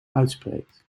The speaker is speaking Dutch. uitspreekt